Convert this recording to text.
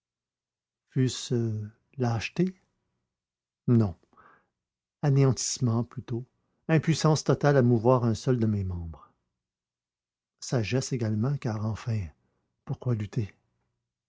fut-ce lâcheté non anéantissement plutôt impuissance totale à mouvoir un seul de mes membres sagesse également car enfin pourquoi lutter